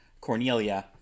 Cornelia